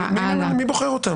מי בוחר אותם?